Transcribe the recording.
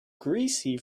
greasy